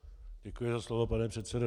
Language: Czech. Děkuji za slovo, pane předsedo.